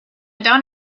don’t